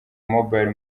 mobile